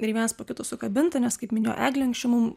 ir vienas po kito sukabinta nes kaip minėjo eglė anksčiau mum